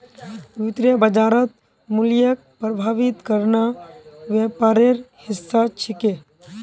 वित्तीय बाजारत मूल्यक प्रभावित करना व्यापारेर हिस्सा छिके